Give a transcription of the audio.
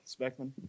speckman